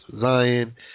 Zion